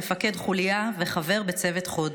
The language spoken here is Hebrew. מפקד חוליה וחבר בצוות חוד.